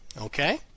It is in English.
Okay